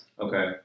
Okay